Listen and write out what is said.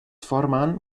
forman